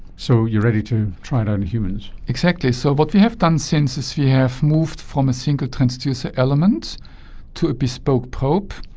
so you're ready to try it out on humans? exactly. so what we have done since is we have moved from a single transducer element to a bespoke probe.